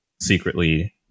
secretly